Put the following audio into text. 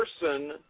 person